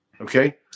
okay